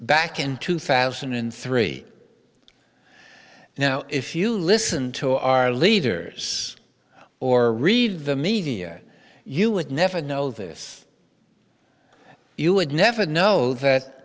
back in two thousand and three now if you listen to our leaders or read the media you would never know this you would never know that